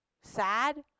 sad